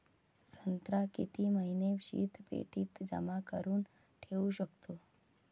संत्रा किती महिने शीतपेटीत जमा करुन ठेऊ शकतो?